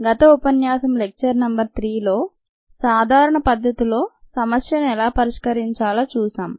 గత ఉపన్యాసం lecture number 3లో సాధారణ పద్ధతిలో సమస్యను ఎలా పరిష్కరించాలో చూశాం